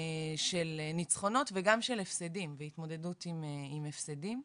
של ניצחונות, גם של הפסדים והתמודדות עם הפסדים.